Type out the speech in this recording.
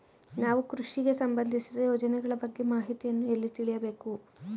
ನಾವು ಕೃಷಿಗೆ ಸಂಬಂದಿಸಿದ ಯೋಜನೆಗಳ ಬಗ್ಗೆ ಮಾಹಿತಿಯನ್ನು ಎಲ್ಲಿ ತಿಳಿಯಬೇಕು?